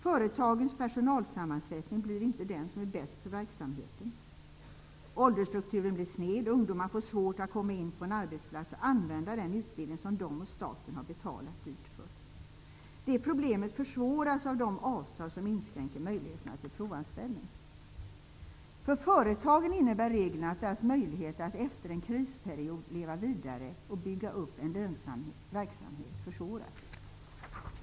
Företagets personalsammansättning blir inte den som är bäst för verksamheten. Åldersstrukturen blir sned och ungdomar får svårt att komma in på en arbetsplats och använda den utbildning som de och staten har betalat dyrt för. Det problemet försvåras av de avtal som inskränker möjligheterna till provanställning. För företagen innebär reglerna att deras möjligheter att efter en krisperiod leva vidare och bygga upp en lönsam verksamhet har försvårats.